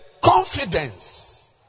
confidence